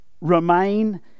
Remain